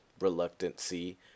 reluctancy